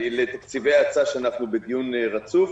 לתקציבי האצה שאנחנו בדיון רצוף.